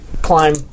climb